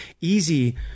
easy